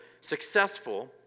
successful